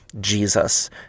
Jesus